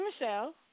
Michelle